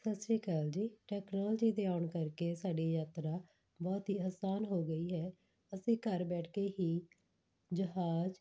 ਸਤਿ ਸ਼੍ਰੀ ਅਕਾਲ ਜੀ ਟੈਕਨੋਲਜੀ ਦੇ ਆਉਣ ਕਰਕੇ ਸਾਡੀ ਯਾਤਰਾ ਬਹੁਤ ਹੀ ਆਸਾਨ ਹੋ ਗਈ ਹੈ ਅਸੀਂ ਘਰ ਬੈਠ ਕੇ ਹੀ ਜਹਾਜ